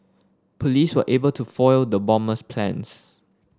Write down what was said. police were able to foil the bomber's plans